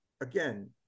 Again